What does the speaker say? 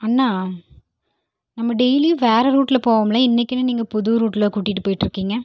அண்ணா நம்ம டெய்லியும் வேறு ரூட்டில் போவோம்ல இன்றைக்கு என்ன நீங்கள் புது ரூட்டில் கூட்டிகிட்டு போயிட்டு இருக்கீங்க